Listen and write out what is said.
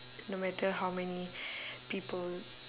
no matter how many people